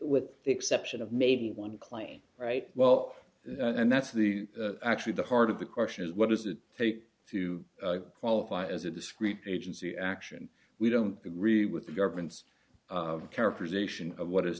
with the exception of maybe one clay right well and that's the actually the heart of the question is what does it take to qualify as a discrete agency action we don't agree with the government's characterization of what is